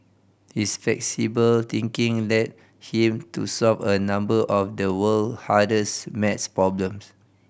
his flexible thinking led him to solve a number of the world hardest maths problem